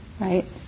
Right